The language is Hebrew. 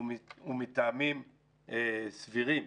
הוא מטעמים סבירים.